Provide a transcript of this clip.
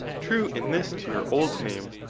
true in this to your old name,